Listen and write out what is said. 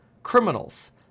Criminals